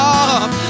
up